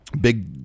big